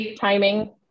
timing